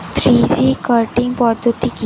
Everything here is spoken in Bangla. থ্রি জি কাটিং পদ্ধতি কি?